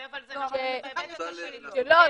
זה בהיבט של --- לא,